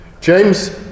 James